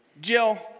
Jill